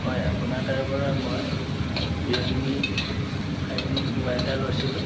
হয় আপোনাৰ তাৰপৰা মই ৰিয়েলমি ফাইভ জি মোবাইল এটা লৈছিলোঁ